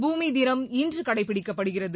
பூமி தினம் இன்று கடைபிடிக்கப்படுகிறது